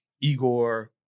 Igor